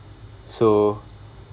so